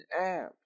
apps